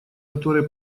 какой